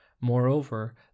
Moreover